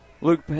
Luke